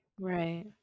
right